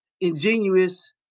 ingenuous